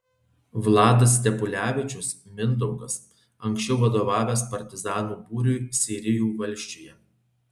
vladas stepulevičius mindaugas anksčiau vadovavęs partizanų būriui seirijų valsčiuje